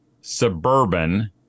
Suburban